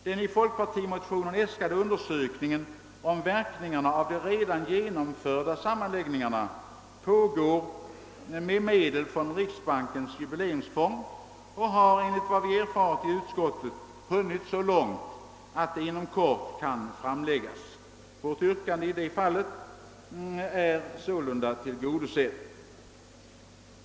Den i folkpartimotionen äskade undersökningen om verkningarna av de redan genomförda sammanläggningarna pågår med hjälp av medel från riksbankens jubileumsfond, och enligt vad som meddelats i utskottet har den hunnit så långt, att resultatet inom kort kan framläggas. Vårt yrkande i detta avseende är därmed tillgodosett.